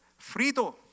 frito